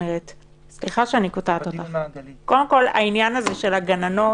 11:37) העניין של הגננות